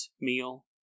meal